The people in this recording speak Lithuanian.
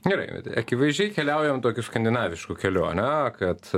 gerai akivaizdžiai keliaujam tokiu skandinavišku keliu ane kad